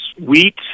wheat